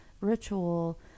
ritual